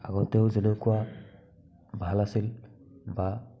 আগতেও যেনেকুৱা ভাল আছিল বা